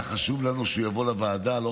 היה חשוב לנו שהוא יבוא לוועדה ויבהיר,